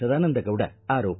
ಸದಾನಂದ ಗೌಡ ಆರೋಪ